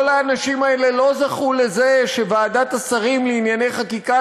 כל האנשים האלה לא זכו לזה שוועדת השרים לענייני חקיקה